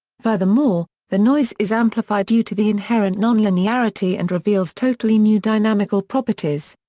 furthermore, the noise is amplified due to the inherent nonlinearity and reveals totally new dynamical properties.